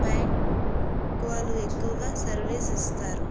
bank వాళ్ళు ఎక్కువగా service ఇస్తారు